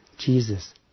Jesus